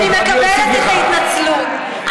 אני מקבלת את ההתנצלות,